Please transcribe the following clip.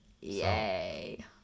Yay